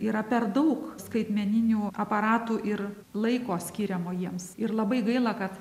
yra per daug skaitmeninių aparatų ir laiko skiriamo jiems ir labai gaila kad